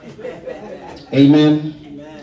Amen